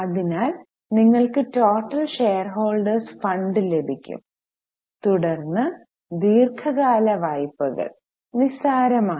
അതിനാൽ നിങ്ങൾക്ക് total shareholders fund ലഭിക്കും തുടർന്ന് ദീർഘകാല വായ്പകൾ നിസാരമാണ്